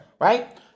right